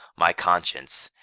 my conscience,